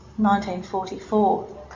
1944